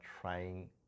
trying